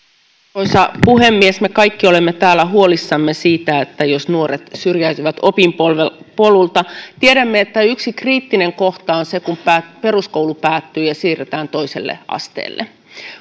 arvoisa puhemies me kaikki olemme täällä huolissamme siitä jos nuoret syrjäytyvät opinpolulta tiedämme että yksi kriittinen kohta on se kun peruskoulu päättyy ja siirrytään toiselle asteelle